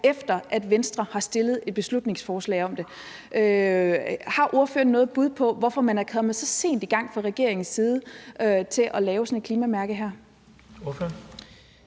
efter at Venstre har fremsat et beslutningsforslag om det. Har ordføreren noget bud på, hvorfor man er kommet så sent i gang fra regeringens side i forhold til at få lavet sådan et klimamærke?